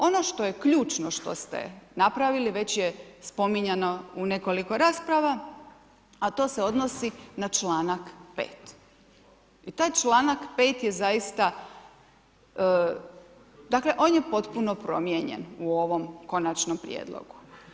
Ono što je ključno što ste napravili, već je spominjano u nekoliko rasprava a to se odnosi na članak 5. i taj članak 5. je zaista, dakle on je potpuno promijenjen u ovom konačnom prijedlogu.